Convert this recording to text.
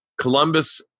Columbus